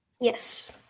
yes